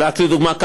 לדוגמה,